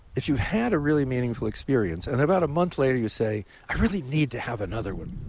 if you've had a really meaningful experience and about a month later you say, i really need to have another one,